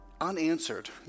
unanswered